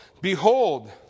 behold